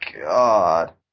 God